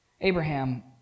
Abraham